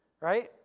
right